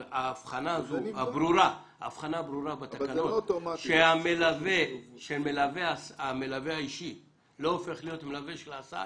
ההבחנה הזאת הברורה בתקנות שהמלווה האישי לא הופך להיות מלווה של ההסעה,